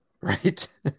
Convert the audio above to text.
right